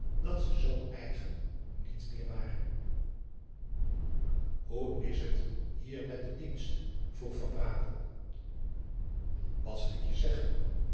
dat ze z eigen niet meer waren hoe is het hier met den dienst vroeg van brakel wat zal ik je zeggen